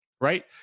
right